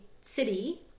city